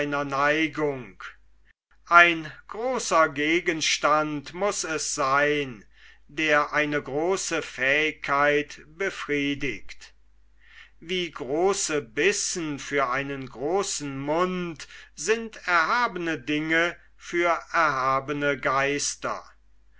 neigung ein großer gegenstand muß es seyn der eine große fähigkeit befriedigt wie große bissen für einen großen mund sind erhabene dinge für erhabene geister